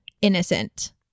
innocent